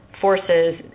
forces